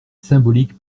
symbolique